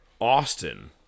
Austin